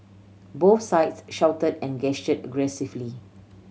both sides shouted and gestured aggressively